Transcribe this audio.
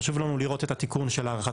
חשוב לנו לראות את התיקון של הארכת